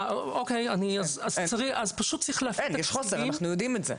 אין, יש חוסר ואנחנו יודעים את זה.